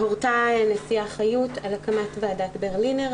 הורתה הנשיאה חיות על הקמת ועדת ברלינר,